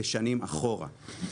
כשנים אחורה.